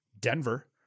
Denver